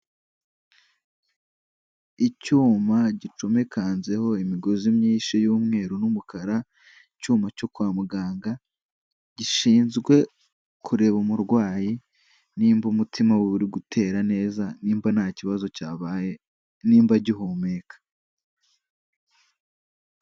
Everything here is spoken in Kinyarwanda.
Icyuma gicomekanzeho imigozi myinshi y'umweru n'umukara, icyuma cyo kwa muganga gishinzwe kureba umurwayi nimba umutima we uri gutera neza nimba nta kibazo cyabaye, nimba agihumeka.